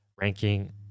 ranking